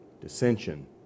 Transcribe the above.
Dissension